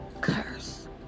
curse